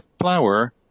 flower